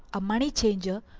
a money-changer,